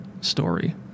story